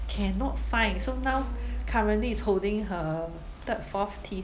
cannot find so now currently it's holding her third fourth teeth